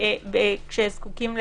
שזקוקים לעזרה.